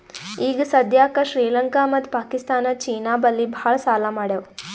ಈಗ ಸದ್ಯಾಕ್ ಶ್ರೀಲಂಕಾ ಮತ್ತ ಪಾಕಿಸ್ತಾನ್ ಚೀನಾ ಬಲ್ಲಿ ಭಾಳ್ ಸಾಲಾ ಮಾಡ್ಯಾವ್